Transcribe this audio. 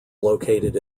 located